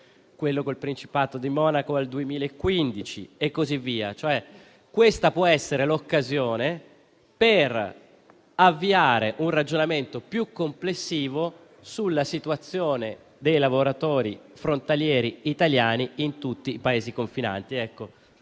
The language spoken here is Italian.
quello con il Principato di Monaco è del 2015. Questa può essere l'occasione per avviare un ragionamento più complessivo sulla situazione dei lavoratori frontalieri italiani in tutti i Paesi confinanti.